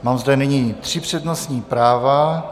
Mám zde nyní tři přednostní práva.